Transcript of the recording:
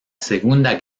segunda